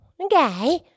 Okay